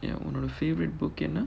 ya உன்னோட:unnoda favourite book என்ன:enna